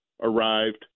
arrived